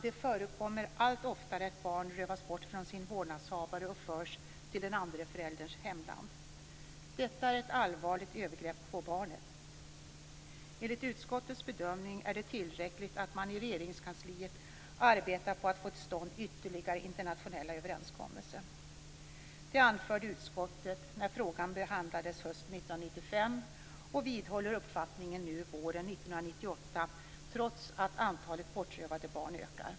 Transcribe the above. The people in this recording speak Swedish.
Det förekommer allt oftare att barn rövas bort från sin vårdnadshavare och förs till den andra förälderns hemland. Detta är ett allvarligt övergrepp på barnet. Enligt utskottets bedömning är det tillräckligt att man i Regeringskansliet arbetar med att få till stånd ytterligare internationella överenskommelser. Det anförde utskottet när frågan behandlades hösten 1995, och man vidhåller den uppfattningen nu, våren 1998, trots att antalet bortrövade barn ökar.